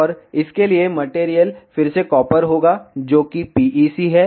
और इसके लिए मटेरियल फिर से कॉपर होगा जो कि PEC है